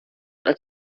als